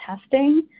testing